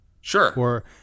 Sure